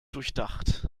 durchdacht